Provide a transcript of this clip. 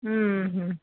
ಹ್ಞೂ ಹ್ಞೂ